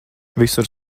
visur